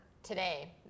today